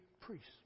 priests